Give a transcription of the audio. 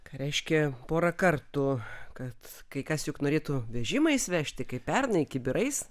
ką reiškia pora kartų kad kai kas juk norėtų vežimais vežti kaip pernai kibirais